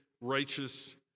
righteous